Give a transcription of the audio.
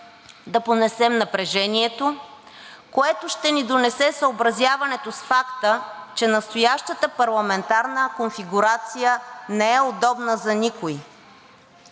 да понесем напрежението, което ще ни донесе съобразяването с факта, че настоящата парламентарна конфигурация не е удобна за никого,